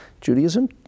Judaism